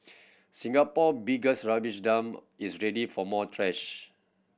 Singapore biggest rubbish dump is ready for more trash